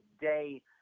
day